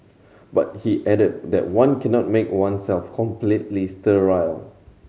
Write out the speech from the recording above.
but he added that one cannot make oneself completely sterile